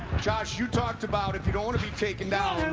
josh, you talked about it. you don't want to be taken down,